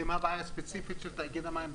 ------ הבעיה הספציפית של תאגיד המים בשפרעם.